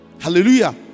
Hallelujah